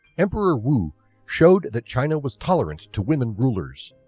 emperor wu showed that china was tolerant to women rulers.